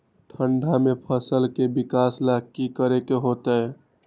ठंडा में फसल के विकास ला की करे के होतै?